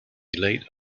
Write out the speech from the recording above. late